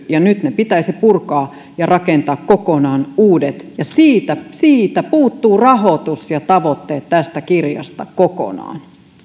ja nyt ne pitäisi purkaa ja pitäisi rakentaa kokonaan uudet ja siitä siitä puuttuu rahoitus ja tavoitteet tästä kirjasta kokonaan